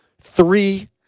Three